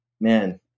man